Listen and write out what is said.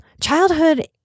Childhood